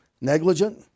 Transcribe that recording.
negligent